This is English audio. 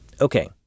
Okay